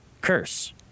curse